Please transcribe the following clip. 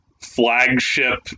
flagship